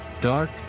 Dark